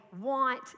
want